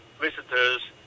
visitors